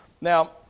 Now